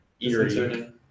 eerie